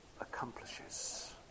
accomplishes